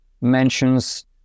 mentions